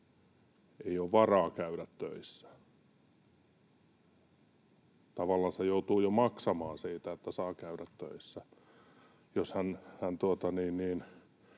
ei ole varaa käydä töissä. Tavallansa joutuu jo maksamaan siitä, että saa käydä töissä. Jos hän